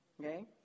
okay